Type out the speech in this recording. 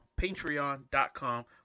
patreon.com